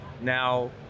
Now